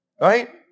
Right